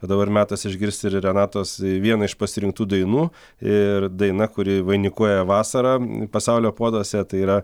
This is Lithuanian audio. o dabar metas išgirsti ir renatos vieną iš pasirinktų dainų ir daina kuri vainikuoja vasarą pasaulio puoduose tai yra